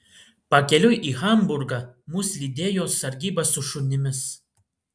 pakeliui į hamburgą mus lydėjo sargyba su šunimis